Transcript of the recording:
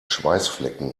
schweißflecken